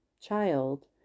child